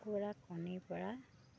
কুকুৰা কণীৰ পৰা